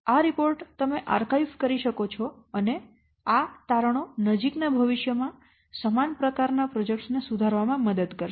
આ રિપોર્ટ તમે આર્કાઇવ કરી શકો છો અને આ તારણો નજીકના ભવિષ્ય માં સમાન પ્રકારના પ્રોજેક્ટ્સ ને સુધારવામાં મદદ કરશે